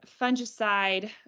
fungicide